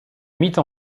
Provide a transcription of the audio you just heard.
mythes